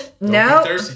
no